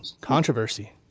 controversy